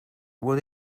what